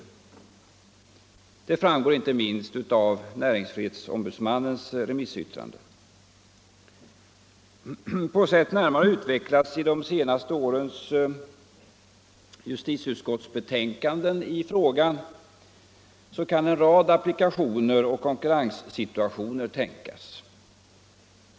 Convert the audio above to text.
Detta framgår inte minst av näringsfrihetsombudsmannens remissyttrande. På sätt som närmare utvecklats i de senaste årens justitieutskottsbetänkanden i frågan kan en rad applikationer och konkurrenssituationer tänkas.